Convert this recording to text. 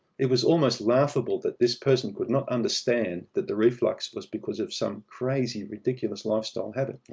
it was almost laughable that this person could not understand that the reflux was because of some crazy, ridiculous lifestyle habit.